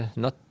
not